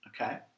Okay